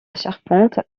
charpente